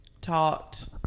taught